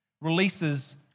releases